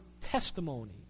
testimony